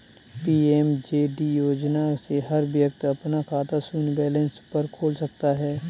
PMJD योजना से हर व्यक्ति अपना खाता शून्य बैलेंस पर खोल सकता है